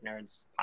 nerds